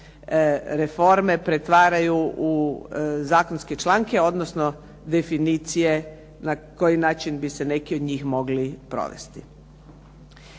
reforme pretvaraju u zakonske članke, odnosno definicije na koji način bi se neki od njih mogli provesti.